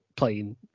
playing